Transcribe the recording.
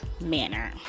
manner